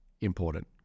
important